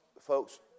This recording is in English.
Folks